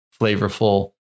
flavorful